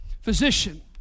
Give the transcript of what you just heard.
physician